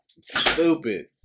Stupid